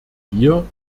wir